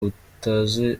utazi